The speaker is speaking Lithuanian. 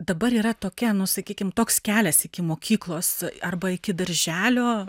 dabar yra tokia nu sakykime toks kelias iki mokyklos arba iki darželio